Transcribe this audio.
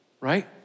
right